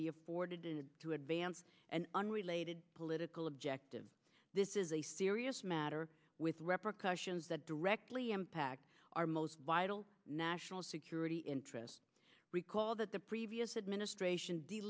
be afforded to advance an unrelated political objective this is a serious matter with repetitions that directly impact our most vital national security interests recall that the previous administration d